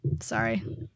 Sorry